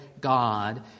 God